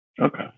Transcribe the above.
Okay